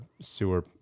sewer